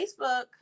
Facebook